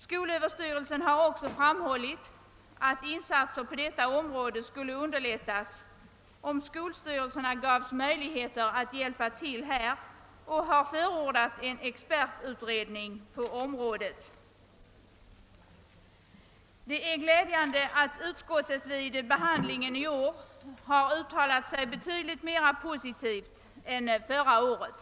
Skolöverstyrelsen har också framhållit att insatser på detta område skulle underlättas, om skolstyrelserna fick möjligheter att hjälpa till, och har förordat en expertutredning på området. Det är glädjande att utskottet vid behandlingen av denna fråga i år uttalat sig betydligt mer positivt än förra året.